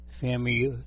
family